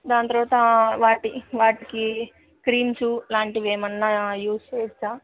దాని తరువాత వాటి వాటికి క్రీమ్సు లాంటివేమైనా యూజ్ చెయ్యొచ్చా